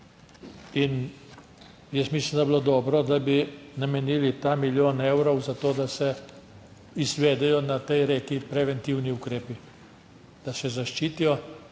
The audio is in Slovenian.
In jaz mislim, da bi bilo dobro, da bi namenili ta milijon evrov za to, da se izvedejo na tej reki preventivni ukrepi, da se zaščitijo